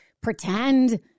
pretend